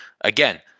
Again